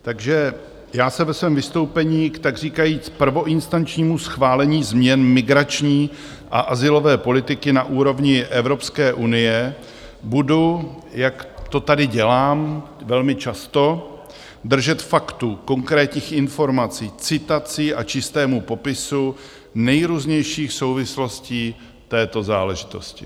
Takže já se ve svém vystoupení k takříkajíc prvoinstančnímu schválení změn migrační a azylové politiky na úrovni Evropské unie budu, jak to tady dělám velmi často, držet faktů, konkrétních informací, citací a čistého popisu nejrůznějších souvislostí této záležitosti.